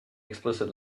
explicit